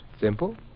Simple